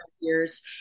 years